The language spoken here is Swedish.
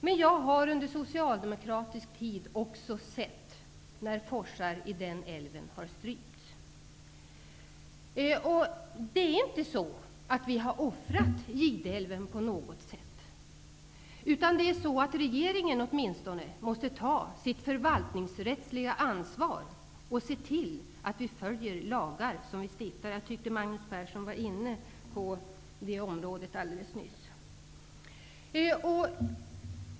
Men jag har under socialdemokratisk tid också sett hur forsar i den älven har strypts. Det är inte så att vi på något sätt har offrat Gideälven. Regeringen måste ta sitt förvaltningsrättsliga ansvar och se till att vi följer de lagar som vi stiftar. Jag tyckte att Magnus Persson var inne på det området alldeles nyss.